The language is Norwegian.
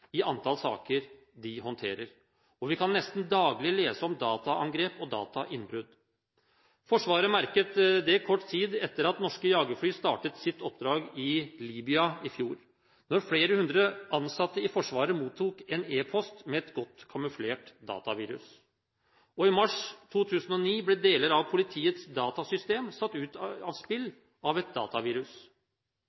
i antall saker de håndterer. Vi kan nesten daglig lese om dataangrep og datainnbrudd. Forsvaret merket det kort tid etter at norske jagerfly startet sitt oppdrag i Libya i fjor, da flere hundre ansatte i Forsvaret mottok en e-post med et godt kamuflert datavirus. I mars 2009 ble deler av politiets datasystem satt ut av spill